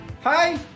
Hi